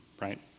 right